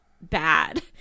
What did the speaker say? bad